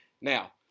Now